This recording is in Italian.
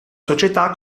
società